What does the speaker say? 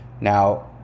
now